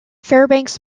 fairbanks